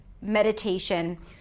meditation